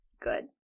good